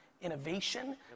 innovation